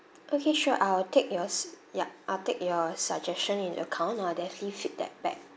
okay sure I'll take your yup I'll take your suggestion in account I'll definitely feed that back